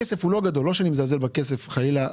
הכסף לא גדול, ולא שאני מזלזל בכסף, חלילה.